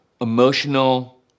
emotional